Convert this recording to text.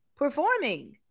performing